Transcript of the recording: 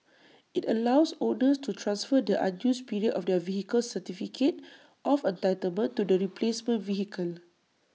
IT allows owners to transfer the unused period of their vehicle's certificate of entitlement to the replacement vehicle